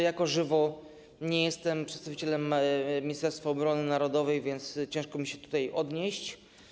Jako żywo nie jestem przedstawicielem Ministerstwa Obrony Narodowej, więc ciężko mi się do tego odnieść.